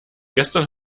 gestern